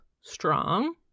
strong